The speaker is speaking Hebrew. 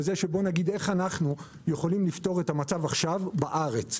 בזה שבואו נגיד איך אנחנו יכולים לפתור את המצב עכשיו בארץ.